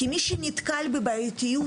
כי מי שנתקל בבעייתיות,